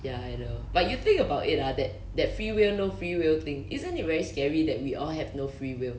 ya I know but you think about it ah that that free will no free will thing isn't it very scary that we all have no free will